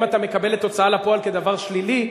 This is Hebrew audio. אם אתה מקבל את הוצאה לפועל כדבר שלילי,